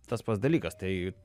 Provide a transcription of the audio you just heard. tas pats dalykas tai